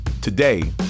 Today